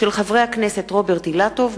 של חברי הכנסת רוברט אילטוב,